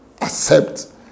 accept